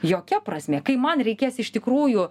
jokia prasmė kai man reikės iš tikrųjų